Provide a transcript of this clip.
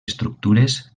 estructures